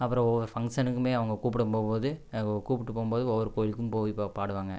அப்பறம் ஒவ்வொரு ஃபங்க்ஷனுக்குமே அவங்க கூப்புட போகும்போது கூப்பிட்டு போகும்போது ஒவ்வொரு கோவிலுக்கும் போய் ப பாடுவாங்க